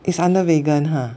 is under vegan ha